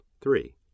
Three